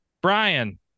Brian